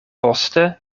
poste